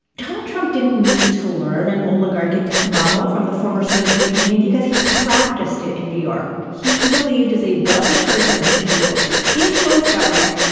donald trump didn't need to learn and oligarchic model from the former soviet union because he practiced it in new york. he believed as a wealthy person, he should be able to influence government,